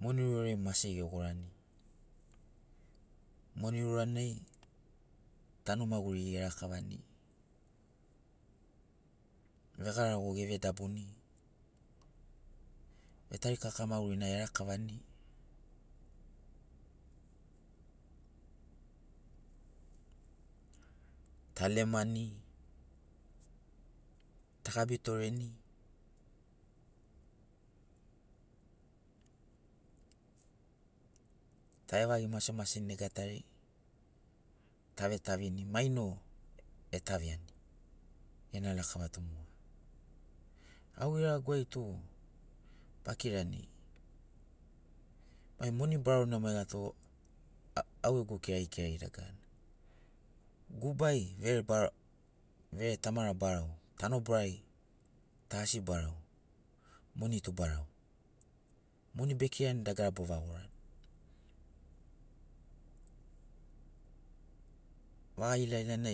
Moni urariai mase gegorani moni uranai tanu maguriri gelakavani ta lemani ta gabi toreni ta vevagi masemaseni nega tari ta vetavini, maino etaviani gena lakava tu moga. Au geregaguai tu akirani mai moni baruna, moni maiga tu a a- au gegu kiragikiragi dagarana gubai verebara vere tamara barau tanobarai ta asi barau moni tu barau moni bekirani dagara bovaga gorani vaga ilailana